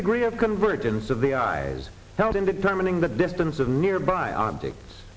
degree of convergence of the eyes held in determining the distance of nearby objects